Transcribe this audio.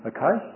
Okay